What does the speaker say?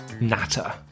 Natter